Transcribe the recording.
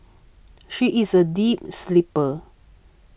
she is a deep sleeper